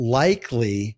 likely